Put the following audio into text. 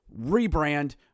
rebrand